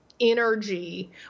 Energy